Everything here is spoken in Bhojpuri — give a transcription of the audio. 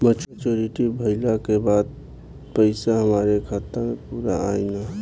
मच्योरिटी भईला के बाद पईसा हमरे खाता म पूरा आई न?